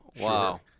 Wow